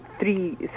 three